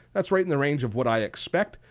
that's right in the range of what i expect.